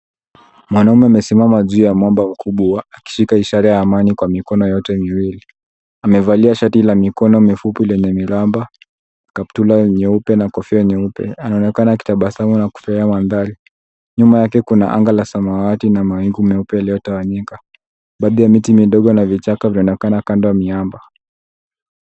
Mwanaume amesimama juu ya mwamba mkubwa, akishika ishara ya amani kwa mikono yote miwili. Amevalia shati la mikono mifupi lenye miramba, kaptula nyeupe na kofio nyeupe, anaonekana akitabasamu na kofia ya mandhari. Nyuma yake kuna anga la samawati na mawingu meupe yaliotawanyika. Baadhi ya miti midogo na vichaka vionaonekana kando ya miamba.